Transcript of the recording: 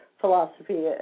philosophy